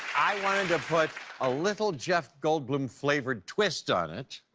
i wanted to put a little jeff goldblum flavored twist on it.